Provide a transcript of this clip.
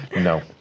no